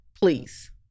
please